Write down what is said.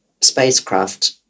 spacecraft